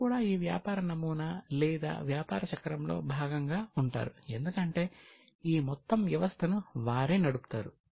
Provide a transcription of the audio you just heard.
వీరు కూడా ఈ వ్యాపార నమూనా లేదా వ్యాపార చక్రంలో భాగంగా ఉంటారు ఎందుకంటే ఈ మొత్తం వ్యవస్థను వారే నడుపుతారు